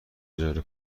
اجاره